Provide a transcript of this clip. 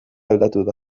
aldatuko